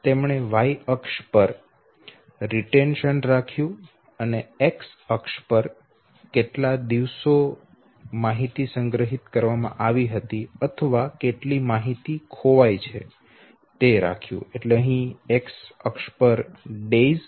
તેમણે Y અક્ષ પર તેને રીટેંશન રાખ્યુ અને X અક્ષ પર કેટલા દિવસો ની માહિતી સંગ્રહિત કરવામાં આવી હતી અથવા કેટલી માહિતી ખોવાઈ છે તે રાખ્યું